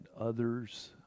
others